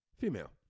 Female